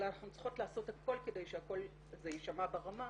אלא אנחנו צריכות לעשות הכול כדי שהקול הזה יישמע ברמה.